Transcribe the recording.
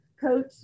Coach